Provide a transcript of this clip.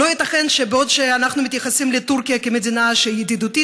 לא ייתכן שבעוד אנחנו מתייחסים לטורקיה כמדינה שהיא ידידותית,